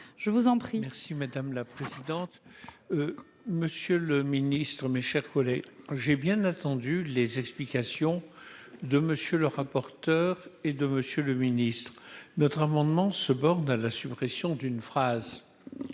Merci madame la présidente, monsieur le Ministre, mes chers collègues, j'ai bien attendu les explications de monsieur le rapporteur et de Monsieur le Ministre, notre amendement se borne à la suppression d'une phrase,